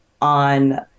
on